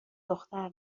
دختر